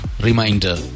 reminder